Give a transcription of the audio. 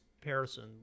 comparison